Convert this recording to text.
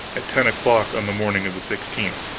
at ten o'clock on the morning of the sixteenth.